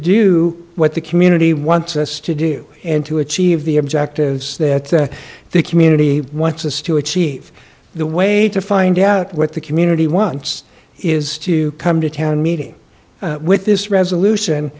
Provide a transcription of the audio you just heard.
do what the community wants us to do and to achieve the objectives that the community wants us to achieve the way to find out what the community wants is to come to town meeting with this resolution